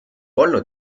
olnud